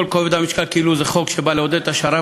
כובד המשקל כאילו היא באה לעודד את השר"פ,